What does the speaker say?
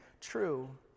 true